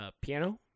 piano